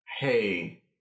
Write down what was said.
Hey